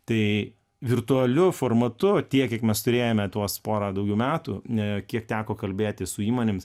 tai virtualiu formatu tiek kiek mes turėjome tuos porą daugiau metų kiek teko kalbėtis su įmonėmis